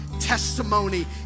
testimony